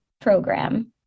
program